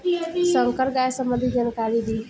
संकर गाय सबंधी जानकारी दी?